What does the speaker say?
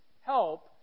help